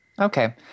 Okay